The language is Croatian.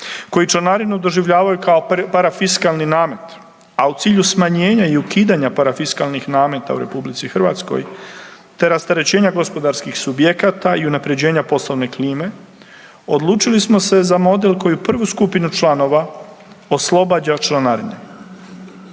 koji članarinu doživljavaju kao parafiskalnih namet, a u cilju smanjenja i ukidanja parafiskalnih nameta u RH te rasterećenja gospodarskih subjekata i unapređenja poslovne klime odlučili smo se za model koja prvi skupinu članova oslobađa od članarine.